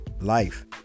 life